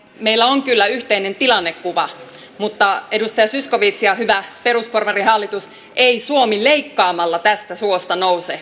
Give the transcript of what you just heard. meillä on kyllä yhteinen tilannekuva mutta edustaja zyskowicz ja hyvä perusporvarihallitus ei suomi leikkaamalla tästä suosta nouse